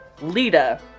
Lita